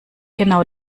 genau